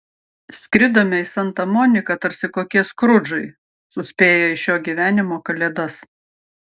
skridome į santa moniką tarsi kokie skrudžai suspėję į šio gyvenimo kalėdas